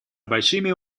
большими